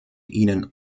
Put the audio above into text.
ihnen